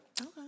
Okay